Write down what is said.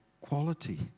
quality